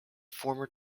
former